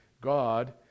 God